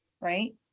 right